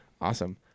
Awesome